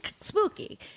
spooky